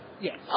Yes